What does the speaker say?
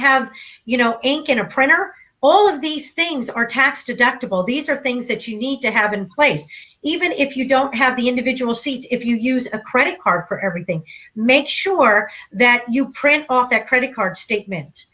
have you know ink in a printer all of these things are tax deductible these are things that you need to have in place even if you don't have the individual seat if you use a credit card for everything make sure that you print off that credit card statement